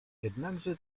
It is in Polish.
jednakże